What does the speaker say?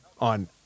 on